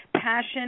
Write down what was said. passion